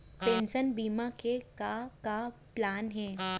Pension बीमा के का का प्लान हे?